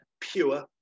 pure